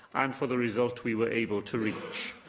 and for the result we were able to reach.